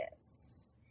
yes